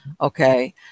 Okay